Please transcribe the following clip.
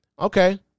Okay